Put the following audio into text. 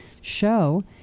show